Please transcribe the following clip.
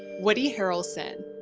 woody harrelson.